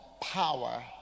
power